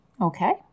Okay